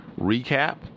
recap